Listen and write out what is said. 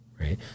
right